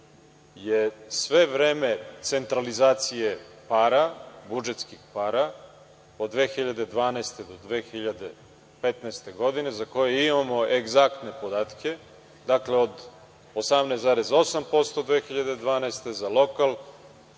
je sve vreme centralizacije para, budžetskih para od 2012. do 2015. godine za koje imamo egzaktne podatke, dakle, od 18,8% 2012. godine